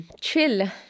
Chill